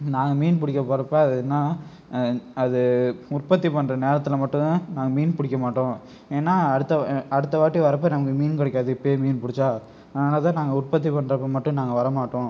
நாங்கள் மீன் பிடிக்க போகிறப்ப அது என்னென்னா அது உற்பத்தி பண்ணுற நேரத்தில் மட்டுந்தான் நாங்கள் மீன் பிடிக்க மாட்டோம் ஏன்னால் அடுத்த அடுத்தவாட்டி வரப்போ நமக்கு மீன் கிடைக்காது இப்போயே மீன் பிடிச்சா அதனால் தான் நாங்கள் உற்பத்தி பண்ணுறப்ப மட்டும் நாங்கள் வர மாட்டோம்